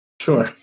Sure